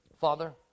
Father